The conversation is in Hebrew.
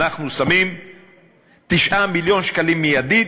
אנחנו שמים 9 מיליון שקלים מייד,